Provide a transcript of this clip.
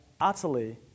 utterly